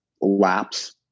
lapse